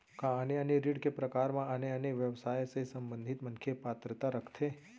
का आने आने ऋण के प्रकार म आने आने व्यवसाय से संबंधित मनखे पात्रता रखथे?